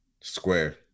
Square